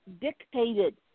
dictated